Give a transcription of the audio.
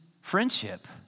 friendship